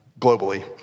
globally